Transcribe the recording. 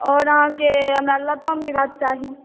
आओर अहाँके हमरा लताम के गाछ चाही